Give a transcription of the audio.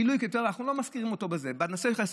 גילוי שבכלל אנחנו לא מזכירים אותו בזה אלא בנושא חסד.